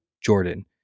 Jordan